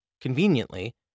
Conveniently